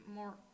more